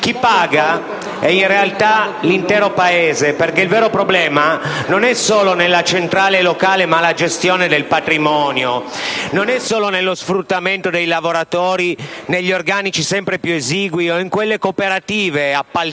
Chi paga è in realtà l'intero Paese, perché il vero problema non è solo nella centrale e locale malagestione del patrimonio, non è solo nello sfruttamento dei lavoratori per gli organici sempre più esigui o per quelle cooperative appaltanti